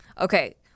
okay